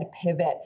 pivot